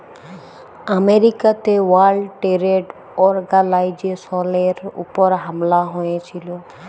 আমেরিকাতে world trade অর্গালাইজেশলের উপর হামলা হঁয়েছিল